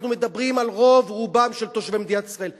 אנחנו מדברים על רוב רובם של תושבי מדינת ישראל.